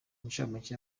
incamake